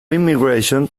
immigration